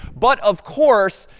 but, of course,